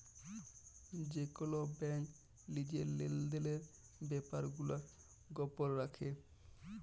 যে কল ব্যাংক লিজের লেলদেলের ব্যাপার গুলা গপল রাখে